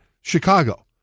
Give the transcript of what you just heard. Chicago